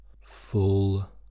Full